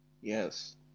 Yes